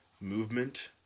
movement